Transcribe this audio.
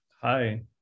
Hi